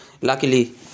luckily